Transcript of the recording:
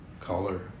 color